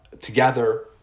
together